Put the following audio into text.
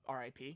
RIP